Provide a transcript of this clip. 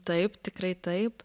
taip tikrai taip